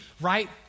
right